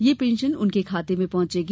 यह पेंशन उनके खाते में पहंचेगी